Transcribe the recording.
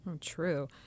True